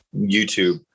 YouTube